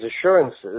assurances